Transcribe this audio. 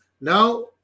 Now